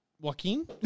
Joaquin